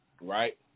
right